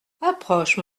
approche